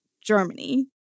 Germany